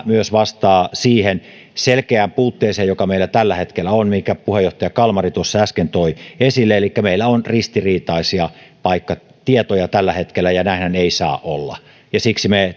myös vastaa siihen selkeään puutteeseen joka meillä tällä hetkellä on ja jonka puheenjohtaja kalmari äsken toi esille elikkä meillä on ristiriitaisia paikkatietoja tällä hetkellä ja näinhän ei saa olla siksi me